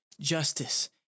justice